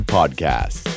Podcast